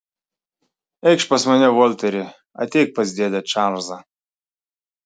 eikš pas mane volteri ateik pas dėdę čarlzą